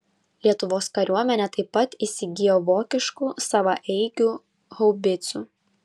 lietuvos kariuomenė taip pat įsigijo vokiškų savaeigių haubicų